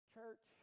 Church